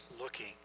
looking